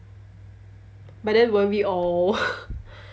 but then weren't we all